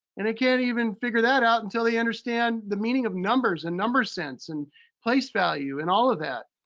and they can't even figure that out until they understand the meaning of numbers and number sense and place value and all of that.